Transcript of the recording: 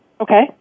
Okay